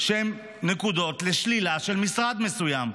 שהן נקודות לשלילה במשרד מסוים.